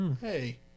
Hey